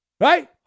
Right